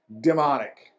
demonic